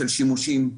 של שימושים.